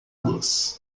los